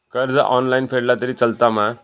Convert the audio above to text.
कर्ज ऑनलाइन फेडला तरी चलता मा?